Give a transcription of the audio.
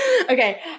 Okay